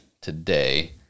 today